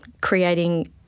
creating